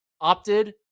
opted